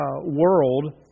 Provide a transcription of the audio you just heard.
world